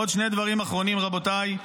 עוד שני דברים אחרונים, רבותיי.